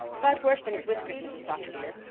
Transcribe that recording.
but worse than his whiskers, mrs. dr. dear,